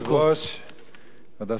כבוד השרים, חברי הכנסת,